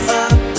up